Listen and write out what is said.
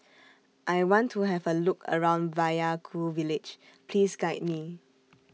I want to Have A Look around Vaiaku Village Please Guide Me